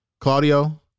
Claudio